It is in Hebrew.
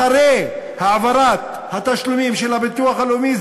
אחרי העברת התשלומים של הביטוח הלאומי,